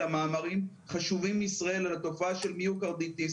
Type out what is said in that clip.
מאמרים חשובים מישראל על התופעה של מי הוא קרדיטיסט.